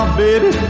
baby